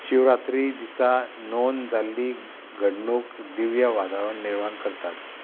शिवरात्री दिसा नोंद जाल्ली घडणूक दिव्य वातावरण निर्माण करतात